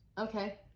Okay